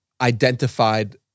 identified